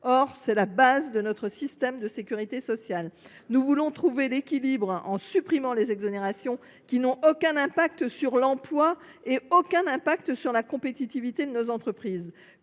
Or c’est la base de notre système de sécurité sociale ! Nous voulons trouver l’équilibre, en supprimant les exonérations qui n’ont aucun impact sur l’emploi et sur la compétitivité de nos entreprises.